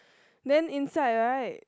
then inside right